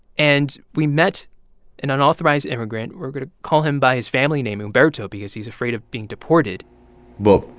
and we met an unauthorized immigrant. we're going to call him by his family name, umberto, because he's afraid of being deported well,